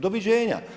Doviđenja.